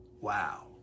Wow